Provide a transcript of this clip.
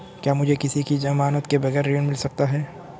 क्या मुझे किसी की ज़मानत के बगैर ऋण मिल सकता है?